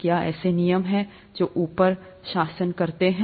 क्या ऐसे नियम हैं जो ऊपर शासन करते हैं